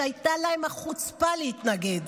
שהייתה להם החוצפה להתנגד.